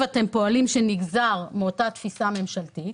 אתם פועלים ושנגזר מאותה תפיסה ממשלתית.